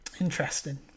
Interesting